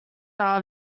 are